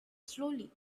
slowly